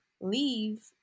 leave